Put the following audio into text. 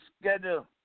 schedule